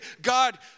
God